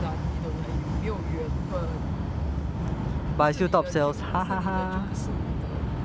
but the aunty don't like you 没有缘分不是你的就不是你的